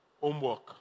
homework